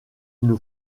nous